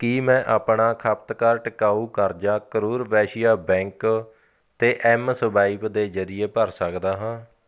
ਕੀ ਮੈਂ ਆਪਣਾ ਖਪਤਕਾਰ ਟਿਕਾਊ ਕਰਜ਼ਾ ਕਰੂਰ ਵੈਸ਼ਿਆ ਬੈਂਕ 'ਤੇ ਐੱਮ ਸਵਾਇਪ ਦੇ ਜਰੀਏ ਭਰ ਸਕਦਾ ਹਾਂ